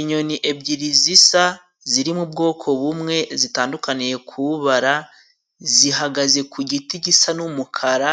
Inyoni ebyiri zisa ziri mu bwoko bumwe zitandukaniye ku bara, zihagaze ku giti gisa n'umukara